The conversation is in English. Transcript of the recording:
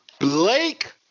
Blake